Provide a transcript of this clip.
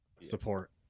support